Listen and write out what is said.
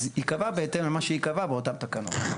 אז ייקבע בהתאם למה שייקבע באותן תקנות.